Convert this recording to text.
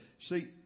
See